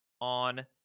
on